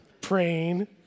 praying